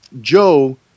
Joe